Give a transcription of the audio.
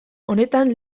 honetan